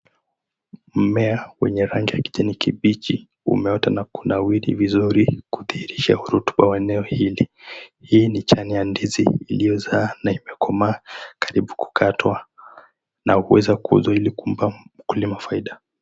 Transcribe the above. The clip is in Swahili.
Mmea wenye rangi ya kijani kibichi, umeota na kunawiri vizuri kudhihirisha rotuba wa eneo hili. Hii ni chane ya ndizi iliyozaa na kukomaa, karibu kukatwa na huweza kuuzwa ili kumpa mkulima faida.